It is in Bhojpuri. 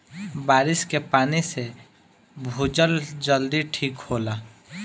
बारिस के पानी से भूजल जल्दी ठीक होला